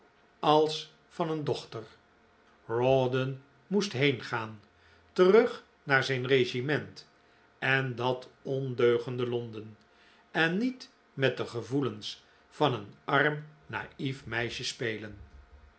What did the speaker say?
als van een dochter rawdon moest heengaan terug naar zijn regiment en dat ondeugende londen en niet met de gevoelens van een arm na'fef meisje spelen